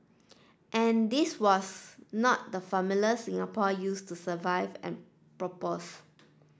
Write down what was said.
and this was not the formula Singapore used to survive and propose